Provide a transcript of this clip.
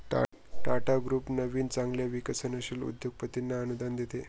Tata group नवीन चांगल्या विकसनशील उद्योगपतींना अनुदान देते